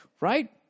right